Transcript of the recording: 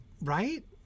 Right